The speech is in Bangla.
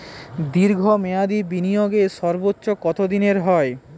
দীর্ঘ মেয়াদি বিনিয়োগের সর্বোচ্চ কত দিনের হয়?